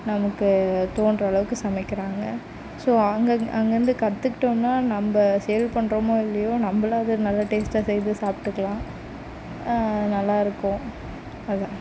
நமக்கு தோன்ற அளவுக்கு சமைக்கிறாங்க ஸோ அங்கே அங்கேருந்து கற்றுக்கிட்டோம்னா நம்ப சேல் பண்ணுறோமோ இல்லையோ நம்பளாது நல்லா டேஸ்ட்டாக செய்து சாப்பிட்டுக்கலாம் நல்லா இருக்கும் அவ்ளோ தான்